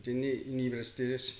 बिदिनो इउनिभारसिटि